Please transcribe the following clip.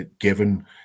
given